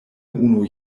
unu